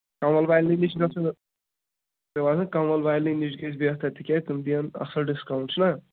کَنٛول والٮ۪ن نِش چھِنہ آسَنہٕ مےٚ باسان کَنٛول ولِنٕے نِش گژھِ بہتر تِکیازِ تِم دِن اَصٕل ڈِسکاوُنٛٹ چھُنہ